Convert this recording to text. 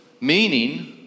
meaning